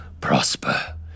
prosper